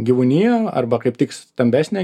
gyvūnija arba kaip tik stambesnė